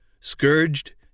scourged